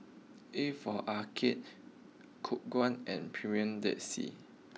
A for Arcade Khong Guan and Premier Dead Sea